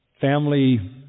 family